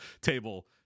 table